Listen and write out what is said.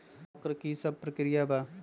वक्र कि शव प्रकिया वा?